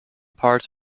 parts